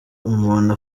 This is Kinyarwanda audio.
umuntu